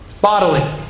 bodily